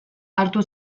hartu